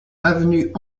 avenue